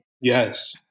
Yes